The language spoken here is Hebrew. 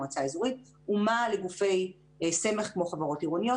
מועצה אזורית מה לגופי סמך כמו חברות עירוניות